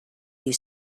you